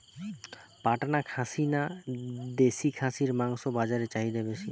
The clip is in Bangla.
পাটনা খাসি না দেশী খাসির মাংস বাজারে চাহিদা বেশি?